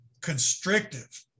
constrictive